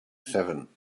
seven